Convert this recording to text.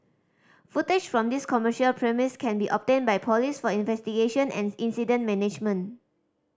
footage from these commercial premise can be obtained by police for investigation and incident management